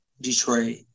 Detroit